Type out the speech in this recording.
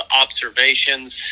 observations